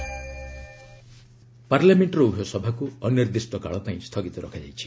parliament adjourn ପାର୍ଲାମେଣ୍ଟର ଉଭୟ ସଭାକୁ ଅନିର୍ଦ୍ଦିଷ୍ଟକାଳ ପାଇଁ ସ୍ଥଗିତ ରଖାଯାଇଛି